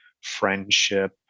friendship